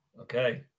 okay